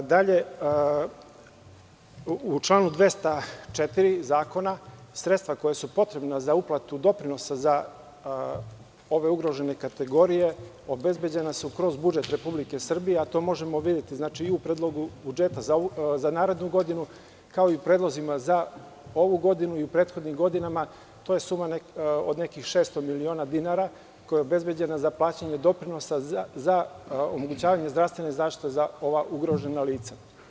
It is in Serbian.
U članu 204. zakona, sredstva koja su potrebna za uplatu doprinosa za ove ugrožene kategorije obezbeđena su kroz budžet Republike Srbije, a to možemo videti i u Predlogu budžeta za narednu godinu, kao i u predlozima za ovu godinu i prethodnim godinama, to je suma od nekih šest miliona dinara koja je obezbeđena za plaćanje doprinosa za omogućavanje zdravstvene zaštite za ova ugrožena lica.